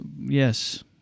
Yes